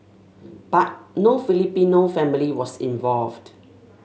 but no Filipino family was involved